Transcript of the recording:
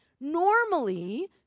normally